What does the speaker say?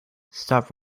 stop